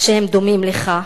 שהם דומים לך.